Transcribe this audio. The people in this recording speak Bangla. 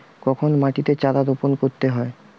কখন মাটিতে চারা রোপণ করতে হয়?